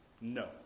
No